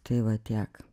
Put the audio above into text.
tai va tiek